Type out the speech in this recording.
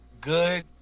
good